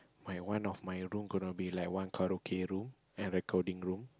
my one of my room gonna be like one karaoke room and recording room